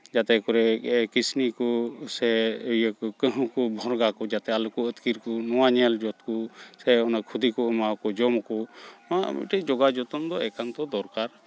ᱡᱟᱛᱮ ᱠᱚᱨᱮ ᱠᱤᱥᱱᱤ ᱠᱚ ᱥᱮ ᱤᱭᱟᱹ ᱠᱚ ᱠᱟᱺᱦᱩ ᱠᱚ ᱵᱷᱚᱬᱜᱟ ᱠᱚ ᱡᱟᱛᱮ ᱟᱞᱚᱠᱚ ᱟᱹᱛᱠᱤᱨ ᱠᱚ ᱱᱚᱣᱟ ᱧᱮᱞ ᱥᱮ ᱚᱱᱟ ᱠᱷᱩᱫᱤ ᱠᱚ ᱮᱢᱟᱣᱟᱠᱚ ᱡᱚᱢᱟᱠᱚ ᱱᱚᱣᱟ ᱢᱤᱫᱴᱤᱡ ᱡᱚᱜᱟᱣ ᱡᱚᱛᱚᱱ ᱫᱚ ᱮᱠᱟᱱᱛᱚ ᱫᱚᱨᱠᱟᱨ